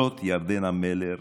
זאת ירדנה מלר,